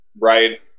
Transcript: right